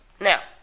Now